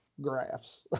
graphs